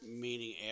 meaning